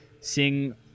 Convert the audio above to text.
seeing